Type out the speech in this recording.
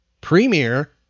premiere